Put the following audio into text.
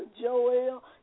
Joel